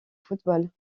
football